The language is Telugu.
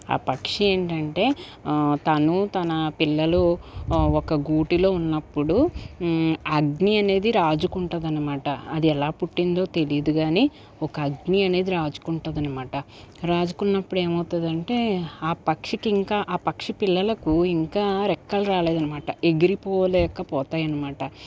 ఆ పక్షి ఏంటంటే తను తన పిల్లలు ఒక గూటిలో ఉన్నప్పుడు అగ్ని అనేది రాచుకుంటదనమాట అది ఎలా పుట్టిందో తెలియదు కానీ ఒక అగ్ని అనేది రాచుకుంటుంది అనమాట రాజుకున్నప్పుడు ఏమవుతదంటే ఆ పక్షికి ఇంకా ఆ పక్షి పిల్లలకు ఇంకా రెక్కలు రాలేదు అనమాట ఎగిరిపోలేక పోతాయన్నమాట